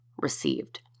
received